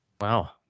Wow